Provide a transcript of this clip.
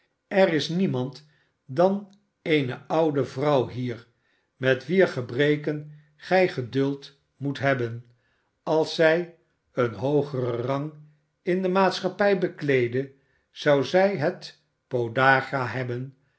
er is niemand dan eene oude vrouw hier met wier gebreken gij geduld moet hebben als zij een hoogeren rang in de maatschappij bekleedde zou zij het podagra hebben